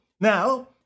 Now